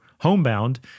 homebound